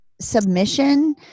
submission